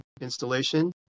installation